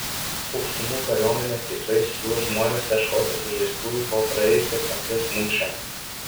aukštumų kariuomenė tikrai siųs žmones ieškoti sužeistųjų po praėjusios nakties mūšio